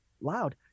loud